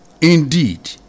indeed